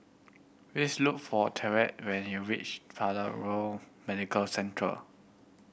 please look for Tyreke when you reach Paragon Medical Centre